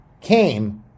came